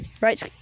Right